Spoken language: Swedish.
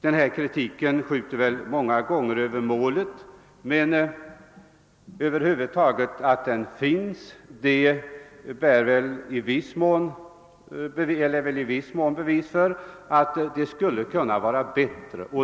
Den kritiken skjuter väl de flesta gånger över målet, men att den över huvud taget förs fram lär väl i viss mån bevisa att det skulle kunna vara bättre beställt.